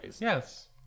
Yes